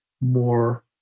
more